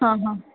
हां हां